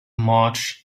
march